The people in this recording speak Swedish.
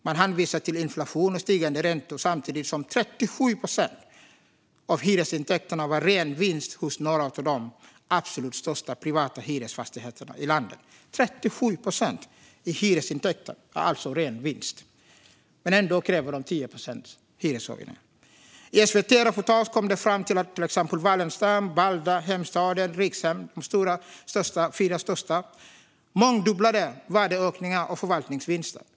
Man hänvisar till inflation och stigande räntor, samtidigt som 37 procent av hyresintäkterna var ren vinst hos några av de absolut största privata hyresfastighetsägarna i landet. Ändå kräver de tioprocentiga hyreshöjningar. I SVT:s reportage kom det fram att till exempel Wallenstam, Balder, Heimstaden och Rikshem, de fyra största, mångdubblade värdeökningar och förvaltningsvinster.